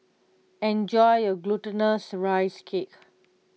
enjoy your Glutinous Rice Cake